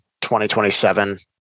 2027